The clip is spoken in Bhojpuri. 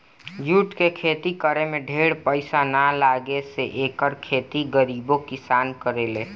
जूट के खेती करे में ढेर पईसा ना लागे से एकर खेती गरीबो किसान करेला